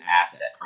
asset